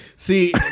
See